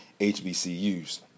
hbcus